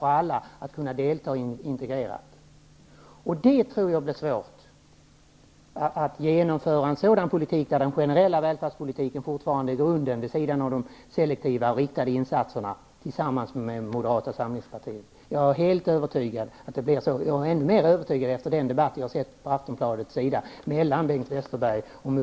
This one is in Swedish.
Jag tror att det blir svårt att tillsammans med Moderaterna genomföra en sådan politik där den generella välfärdspolitiken fortfarande är grunden vid sidan av de selektiva och riktade insatserna. Det är jag helt övertygad om, och jag är än mer övertygad efter den debatt som jag såg i